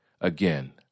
again